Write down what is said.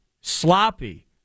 sloppy